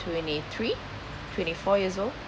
twenty three twenty four years old